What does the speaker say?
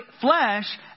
flesh